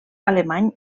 alemany